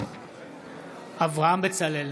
אברהם בצלאל,